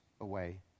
away